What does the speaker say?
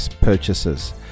purchases